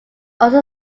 also